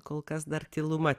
kol kas dar tyluma